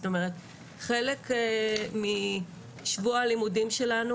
זאת אומרת חלק משבוע הלימודים שלנו,